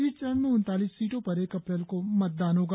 इस चरण में उनतालीस सीटों पर एक अप्रैल को मतदान होगा